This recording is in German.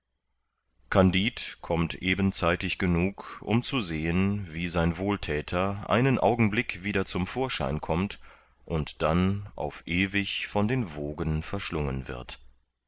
kandid kommt eben zeitig genug um zu sehen wie sein wohlthäter einen augenblick wieder zum vorschein kommt und dann auf ewig von den wogen verschlungen wird